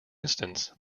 instance